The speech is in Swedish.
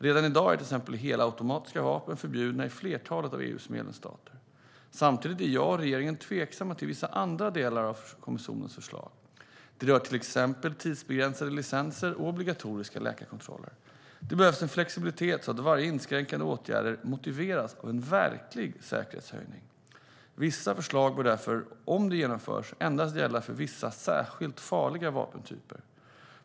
Redan i dag är till exempel helautomatiska vapen förbjudna i flertalet av EU:s medlemsstater. Samtidigt är jag och regeringen tveksamma till vissa andra delar av kommissionens förslag. Det rör till exempel tidsbegränsade licenser och obligatoriska läkarkontroller. Det behövs en flexibilitet så att varje inskränkande åtgärd motiveras av en verklig säkerhetshöjning. Vissa förslag bör därför, om de genomförs, endast gälla för vissa särskilt farliga vapentyper.